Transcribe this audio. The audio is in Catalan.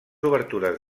obertures